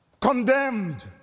condemned